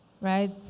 right